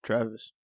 Travis